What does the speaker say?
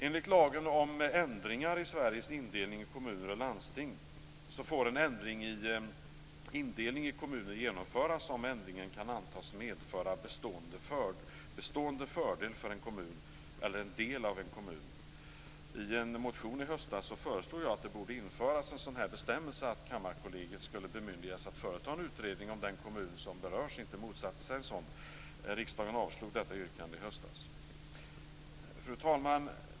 Enligt lagen om ändringar i Sveriges indelning i kommuner och landsting får en ändring i indelning i kommuner genomföras om ändringen kan antas medföra bestående fördel för en kommun eller en del av en kommun. I en motion i höstas föreslog jag att det borde införas en bestämmelse att Kammarkollegiet skulle bemyndigas att företa en utredning om den kommun som berörs inte motsatte sig en sådan. Riksdagen avslog detta yrkande i höstas. Fru talman!